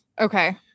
Okay